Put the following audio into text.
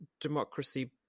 democracy